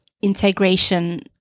integration